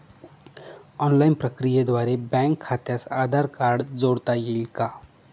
Online प्रक्रियेद्वारे bank खात्यास Aadhaar card जोडता येईल का?